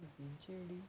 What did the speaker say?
B J D